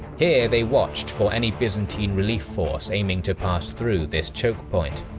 here, they watched for any byzantine relief force aiming to pass through this choke point.